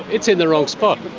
it's in the wrong spot.